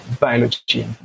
biology